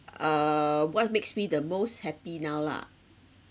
uh what makes me the most happy now lah